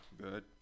good